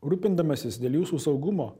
rūpindamasis dėl jūsų saugumo